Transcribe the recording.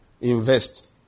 invest